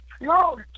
No